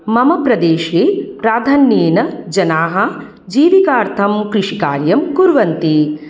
मम प्रदेशे प्राधान्येन जनाः जीविकार्थं कृषिकार्यं कुर्वन्ति